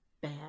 bad